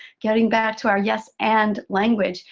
getting back to our yes, and language.